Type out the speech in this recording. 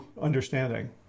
understanding